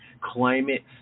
climate